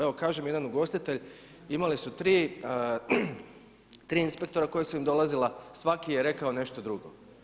Evo, kaže mi jedan ugostitelj, imali su 3 inspektora koji su im dolazila, svaki je rekao nešto drugo.